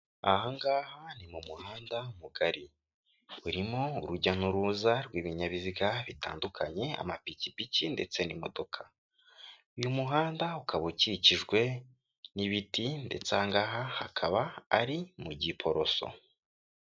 Aha ngaha ni mu muhanda mugari urimo urujya n'uruza rw'ibinyabiziga bitandukanye amapikipiki ndetse n'imodoka. Uyu muhanda ukaba ukikijwe n'ibiti ndetse aha hakaba ari mu Giporoso.